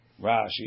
Rashi